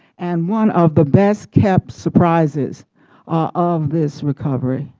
and one of the best kept surprises of this recovery.